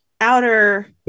outer